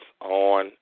on